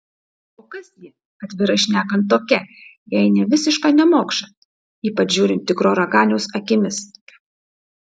o kas ji atvirai šnekant tokia jei ne visiška nemokša ypač žiūrint tikro raganiaus akimis